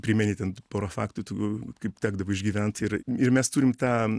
primeni ten pora faktų tų kaip tekdavo išgyvent ir ir mes turim tą